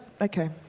okay